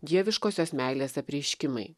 dieviškosios meilės apreiškimai